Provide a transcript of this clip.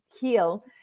heal